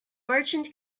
merchant